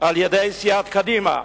על-ידי סיעת קדימה,